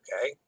okay